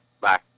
Bye